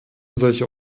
solche